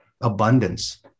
abundance